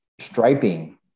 striping